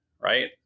right